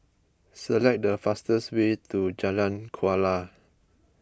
select the fastest way to Jalan Kuala